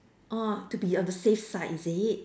orh to be on the safe side is it